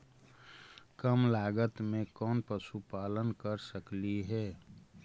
कम लागत में कौन पशुपालन कर सकली हे?